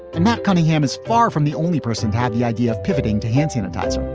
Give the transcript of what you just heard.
and matt cunningham is far from the only person to have the idea of pivoting to hand sanitizer